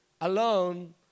alone